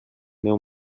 meu